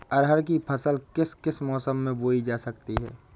अरहर की फसल किस किस मौसम में बोई जा सकती है?